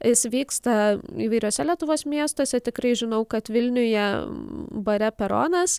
jis vyksta įvairiuose lietuvos miestuose tikrai žinau kad vilniuje bare peronas